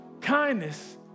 Kindness